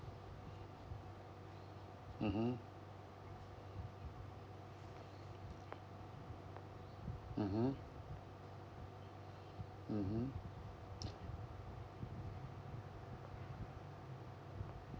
mmhmm mmhmm mmhmm